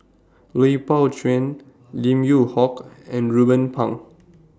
Lui Pao Chuen Lim Yew Hock and Ruben Pang